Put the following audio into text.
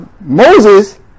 Moses